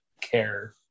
care